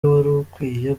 warukwiye